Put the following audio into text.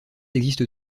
existe